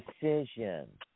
decision